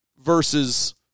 versus